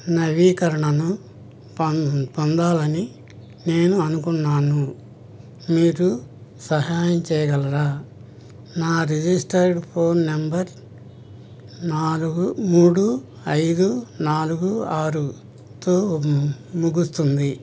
నవీకరణను పొం పొందాలని నేను అనుకున్నాను మీరు సహాయం చేయగలరా నా రిజిస్టర్డ్ ఫోన్ నెంబర్ నాలుగు మూడు ఐదు నాలుగు ఆరు తో ముగుస్తుంది